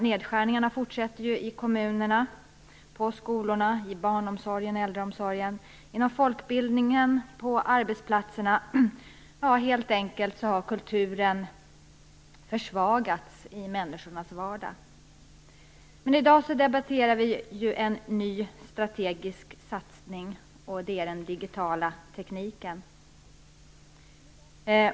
Nedskärningarna fortsätter i kommunerna, på skolorna, i barn och äldreomsorgen, inom folkbildningen och på arbetsplatserna. Kulturen har försvagats i människornas vardag. I dag debatterar vi en ny strategisk satsning, dvs. den digitala tekniken.